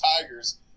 Tigers